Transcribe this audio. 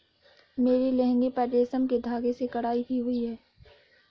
मेरे लहंगे पर रेशम के धागे से कढ़ाई की हुई है